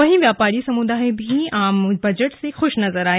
वहीं व्यापारी समुदाय भी आम बजट से खुश नजर आया